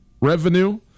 revenue